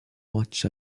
much